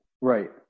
Right